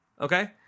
Okay